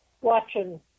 watching